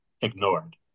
ignored